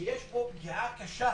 שיש פה פגיעה קשה